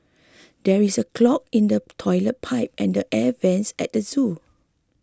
there is a clog in the Toilet Pipe and the Air Vents at the zoo